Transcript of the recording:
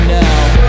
now